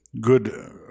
good